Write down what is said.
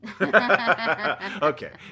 Okay